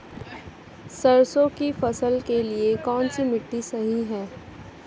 सरसों की फसल के लिए कौनसी मिट्टी सही हैं?